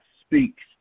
speaks